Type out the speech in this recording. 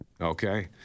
Okay